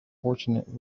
fortunate